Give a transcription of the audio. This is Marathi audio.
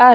आर